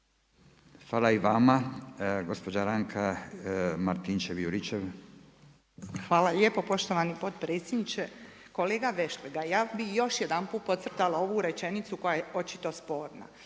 **Juričev-Martinčev, Branka (HDZ)** Hvala lijepo poštovani potpredsjedniče. Kolega Vešligaj, ja bih još jedanput podcrtala ovu rečenicu koja je očito sporna.